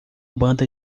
banda